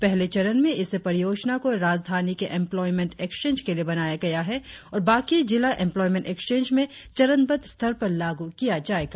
पहले चरण में इस परियोजना को राजधानी के एम्प्लोयमेंट एक्सेंज के लिए बनाया गया है और बाकी जिला स्तरीय एम्प्लोयमेंट एक्सेंज में चरणबद्ध स्तर पर लागू किया जाएगा